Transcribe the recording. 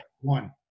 one